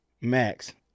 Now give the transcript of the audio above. Max